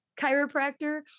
chiropractor